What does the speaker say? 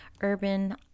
urban